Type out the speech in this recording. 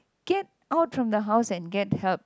get out from the house and get help